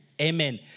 Amen